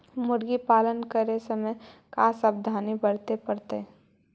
मुर्गी पालन करे के समय का सावधानी वर्तें पड़तई?